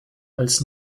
als